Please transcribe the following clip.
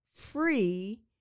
free